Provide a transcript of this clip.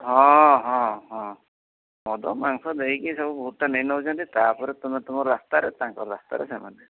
ହଁ ହଁ ହଁ ମଦ ମାଂସ ଦେଇକି ସବୁ ଭୋଟ୍ଟା ନେଇ ନେଉଛନ୍ତି ତା'ପରେ ତୁମେ ତୁମର ରାସ୍ତାରେ ତାଙ୍କର ରାସ୍ତାରେ ସେମାନେ